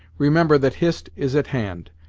remember that hist is at hand,